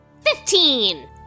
Fifteen